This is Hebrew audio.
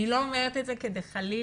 אני לא אומרת את זה כדי חלילה